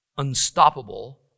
unstoppable